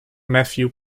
matthew